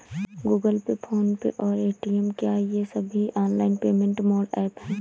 Google pay PhonePe और Paytm क्या ये सभी ऑनलाइन पेमेंट मोड ऐप हैं?